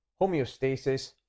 homeostasis